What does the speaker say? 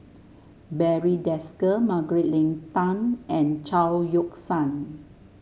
Barry Desker Margaret Leng Tan and Chao Yoke San